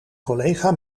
collega